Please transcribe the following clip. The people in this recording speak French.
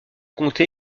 comté